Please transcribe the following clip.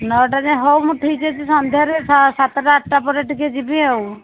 ନଅଟା ଯାଏଁ ହଉ ମୁଁ ଠିକ୍ ଅଛି ସନ୍ଧ୍ୟାରେ ସାତଟା ଆଠଟା ପରେ ଟିକିଏ ଯିବି ଆଉ